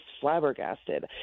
flabbergasted